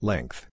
Length